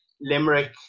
Limerick